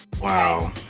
Wow